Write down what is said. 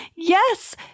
Yes